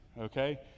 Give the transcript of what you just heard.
okay